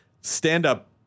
stand-up